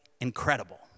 incredible